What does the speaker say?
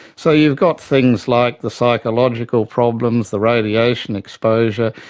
so you've got things like the psychological problems, the radiation exposure,